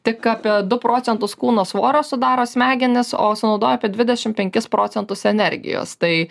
tik apie du procentus kūno svorio sudaro smegenis o sunaudoja apie dvidešim penkis procentus energijos tai